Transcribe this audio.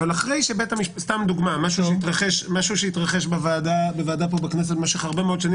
אבל לדוגמה מה שהתרחש פה בוועדה בכנסת במשך הרבה מאוד שנים